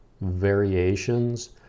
variations